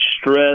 stress